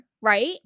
Right